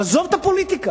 עזוב את הפוליטיקה,